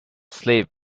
sleep